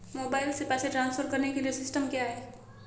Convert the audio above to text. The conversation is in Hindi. मोबाइल से पैसे ट्रांसफर करने के लिए सिस्टम क्या है?